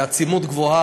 בעצימות גבוהה,